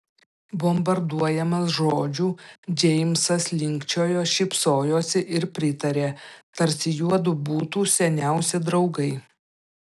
bombarduojamas žodžių džeimsas linkčiojo šypsojosi ir pritarė tarsi juodu būtų seniausi draugai